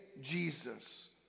Jesus